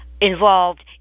involved